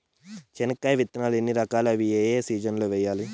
చెనక్కాయ విత్తనాలు ఎన్ని రకాలు? అవి ఏ ఏ సీజన్లలో వేయాలి?